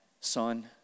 son